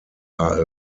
are